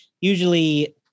Usually